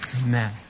Amen